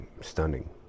stunning